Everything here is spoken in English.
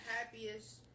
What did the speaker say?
happiest